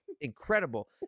incredible